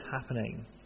happening